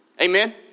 Amen